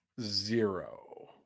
zero